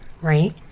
right